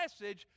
message